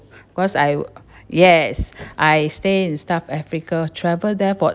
cause I'll yes I stay in south africa travel there for